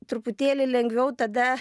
truputėlį lengviau tada